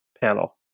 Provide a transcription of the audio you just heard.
panel